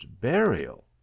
burial